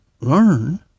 learn